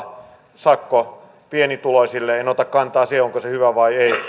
tuplasakko pienituloisille en ota kantaa siihen onko se hyvä vai ei